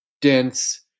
dense